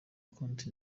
konti